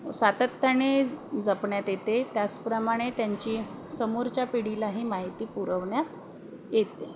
सातत्याने जपण्यात येते त्याचप्रमाणे त्यांची समोरच्या पिढीलाही माहिती पुरवण्यात येते